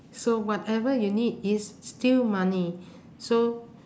so whatever you need is still money so